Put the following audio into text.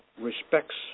respects